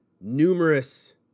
numerous